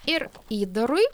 ir įdarui